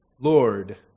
Lord